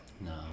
No